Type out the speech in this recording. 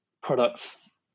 products